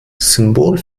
symbol